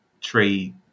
trade